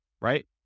right